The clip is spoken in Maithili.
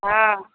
हँ